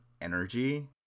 energy